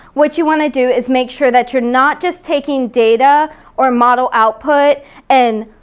what you wanna do is make sure that you're not just taking data or model output and